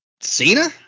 Cena